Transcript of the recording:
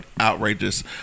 outrageous